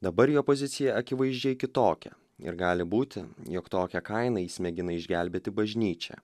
dabar jo pozicija akivaizdžiai kitokia ir gali būti jog tokia kaina jis mėgina išgelbėti bažnyčią